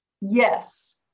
Yes